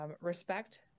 respect